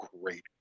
great